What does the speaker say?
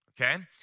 Okay